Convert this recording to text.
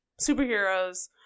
Superheroes